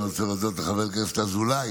אני רוצה להודות לחבר הכנסת אזולאי,